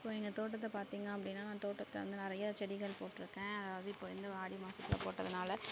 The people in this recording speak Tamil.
இப்போது எங்கள் தோட்டத்தை பார்த்திங்க அப்படின்னா நான் தோட்டத்தில் வந்து நிறையா செடிகள் போட்டிருக்கேன் அதாவது இப்போ வந்து ஆடி மாசத்தில் போட்டதினால